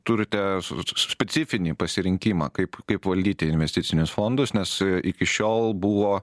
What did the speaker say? turite su specifinį pasirinkimą kaip kaip valdyti investicinius fondus nes iki šiol buvo